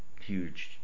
huge